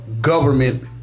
government